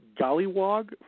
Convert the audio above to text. Gollywog